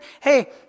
Hey